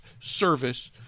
service